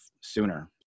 sooner